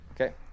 Okay